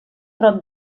prop